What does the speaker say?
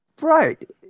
Right